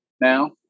now